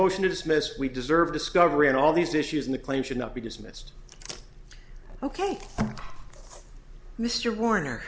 motion to dismiss we deserve discovery on all these issues and the claims should not be dismissed ok mr warner